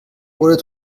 oder